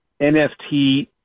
NFT